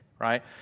Right